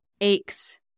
aches